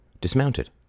dismounted